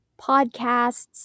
podcasts